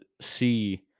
see